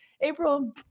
April